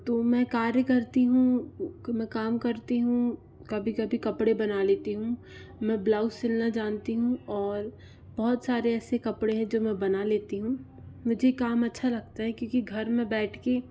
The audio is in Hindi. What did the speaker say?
तो मैं कार्य करती हूँ मैं काम करती हूँ कभी कभी कपड़े बना लेती हूँ मैं ब्लाउज सीना जानती हूँ और ऐसे बहुत सारे कपड़े हैं जो मैं बना लेती हूँ मुझे काम अच्छा लगता है क्योंकि घर में बैठ के